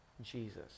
Jesus